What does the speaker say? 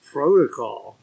Protocol